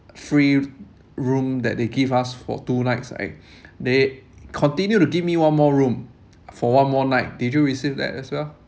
free room that they give us for two nights I they continue to give me one more room for one more night did you receive that as well